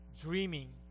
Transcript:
dreaming